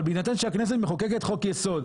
אבל בהינתן שהכנסת מחוקקת חוק יסוד,